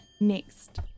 next